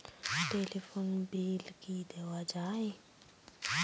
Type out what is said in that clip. Telephone bill কি দেওয়া যায়?